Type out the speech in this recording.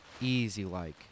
easy-like